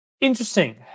Interesting